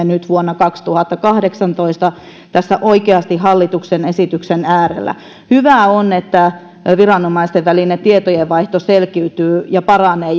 nyt vuonna kaksituhattakahdeksantoista tässä oikeasti hallituksen esityksen äärellä hyvää on että viranomaisten välinen tietojenvaihto selkiytyy ja paranee